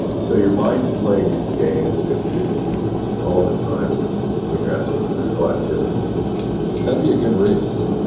so your mind's playing these games with you all the time when when you're out doing physical activities that'd be a good race,